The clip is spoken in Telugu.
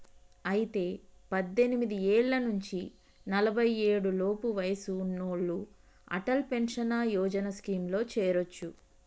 అయితే పద్దెనిమిది ఏళ్ల నుంచి నలఫై ఏడు లోపు వయసు ఉన్నోళ్లు అటల్ పెన్షన్ యోజన స్కీమ్ లో చేరొచ్చు